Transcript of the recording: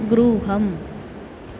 गृहम्